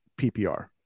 PPR